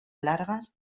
largas